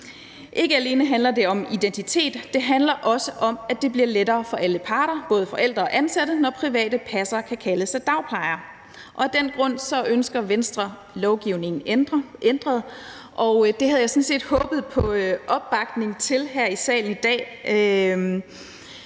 Ikke alene handler det om identitet; det handler også om, at det bliver lettere for alle parter – både forældre og ansatte – når private passere kan kalde sig dagplejere. Af den grund ønsker Venstre lovgivningen ændret, og det havde jeg sådan set håbet på opbakning til her i salen i dag,